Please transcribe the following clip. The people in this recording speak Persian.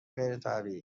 غیرطبیعی